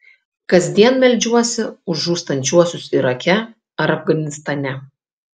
kasdien meldžiuosi už žūstančiuosius irake ar afganistane